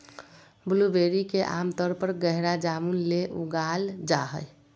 blueberry के आमतौर पर गहरा जामुन ले उगाल जा हइ